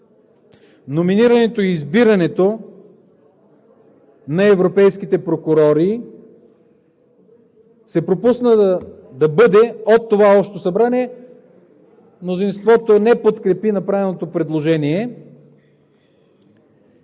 Номинирането и избирането на европейските прокурори се пропусна да бъде от това общо събрание, а мнозинството не подкрепи направеното предложение.